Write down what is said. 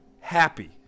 happy